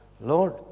Lord